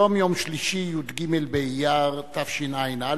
היום יום שלישי, י"ג באייר תשע"א,